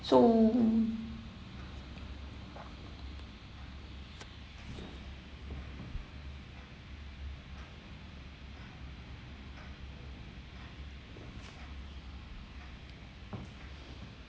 so